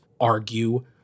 argue